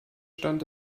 stand